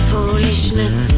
Foolishness